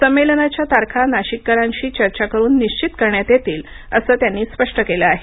संमेलनाच्या तारखा नाशिककरांशी चर्चा करून निश्चित करण्यात येतील असं त्यांनी स्पष्ट केलं आहे